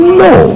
no